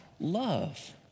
Love